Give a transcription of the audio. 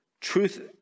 Truth